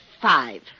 five